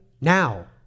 now